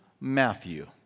Matthew